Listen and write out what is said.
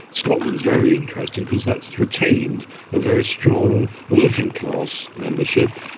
scotland's very interesting because that's retained a very strong working-class membership,